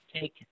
take